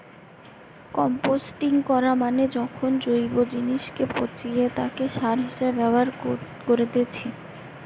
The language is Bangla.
কম্পোস্টিং করা মানে যখন জৈব জিনিসকে পচিয়ে তাকে সার হিসেবে ব্যবহার করেতিছে